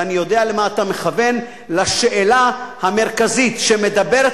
ואני יודע למה אתה מכוון: לשאלה המרכזית שמדברת